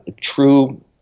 true